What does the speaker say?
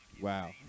Wow